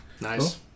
Nice